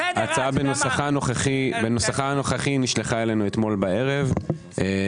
בנוסח הנוכחי נשלחה אלינו אמש,